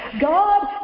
God